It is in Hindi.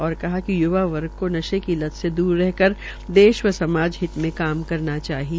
उन्होने कहा कि य्वा वर्ग केा नशे की लत से दूर रहकर देश व समाज हित में काम करना चाहिए